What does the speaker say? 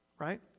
Right